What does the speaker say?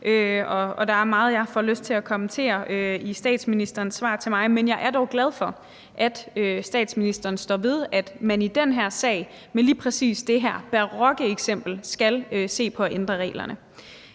og der er meget, jeg får lyst til at kommentere i statsministerens svar til mig. Men jeg er dog glad for, at statsministeren står ved, at man i den her sag med lige præcis det her barokke eksempel skal se på at ændre reglerne.